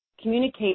communicate